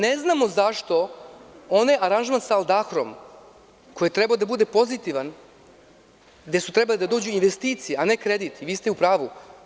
Ne znamo zašto onaj aranžman sa Al Dahrom koji je trebao da bude pozitivan, gde su trebale da dođu investicije, a ne kredit i vi ste u pravu.